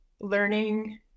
learning